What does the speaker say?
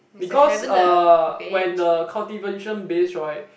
because uh when the cultivation base right